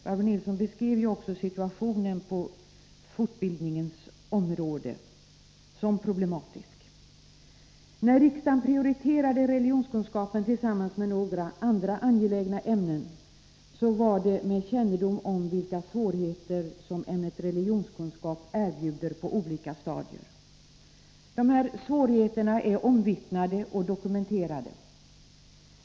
Barbro Nilsson beskrev också situationen på fortbildningens område som problematisk. När riksdagen prioriterade religionskunskapen, tillsammans med några andra angelägna ämnen, var det med kännedom om vilka svårigheter som ämnet religionskunskap erbjuder på olika stadier. De här svårigheterna är omvittnade och dokumenterade.